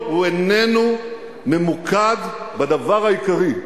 והוא איננו ממוקד בדבר העיקרי,